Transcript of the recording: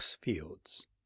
fields